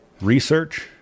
research